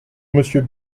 monsieur